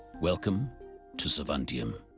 welcome to savanteum.